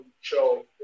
show